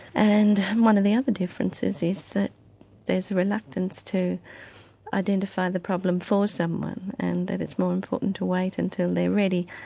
and one of the other differences is that there's a reluctance to identify the problem for someone and that it's more important to wait until they're ready.